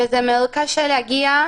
זה מאוד קשה להגיע.